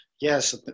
Yes